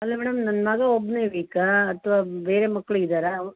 ಅಲ್ಲ ಮೇಡಮ್ ನನ್ನ ಮಗ ಒಬ್ಬನೇ ವೀಕಾ ಅಥವಾ ಬೇರೆ ಮಕ್ಳೂ ಇದ್ದಾರಾ